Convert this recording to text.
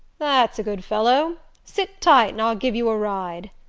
that's a good fellow sit tight and i'll give you a ride,